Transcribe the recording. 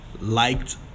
Liked